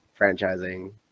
franchising